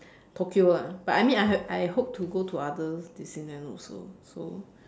tokyo lah but I mean I have I hope to go to other disneyland also so